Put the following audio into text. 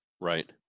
right